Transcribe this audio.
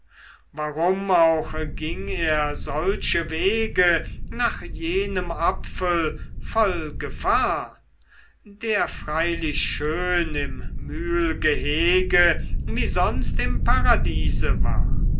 warum auch ging er solche wege nach jenem apfel voll gefahr der freilich schön im mühlgehege wie sonst im paradiese war